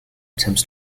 attempts